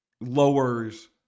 lowers